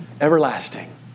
everlasting